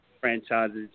franchises